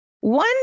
one